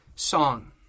song